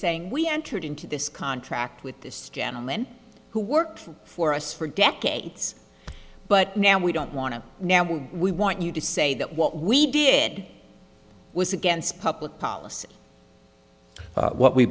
saying we entered into this contract with this gentleman who worked for us for decades but now we don't want to now we want you to say that what we did was against public policy what we